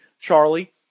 Charlie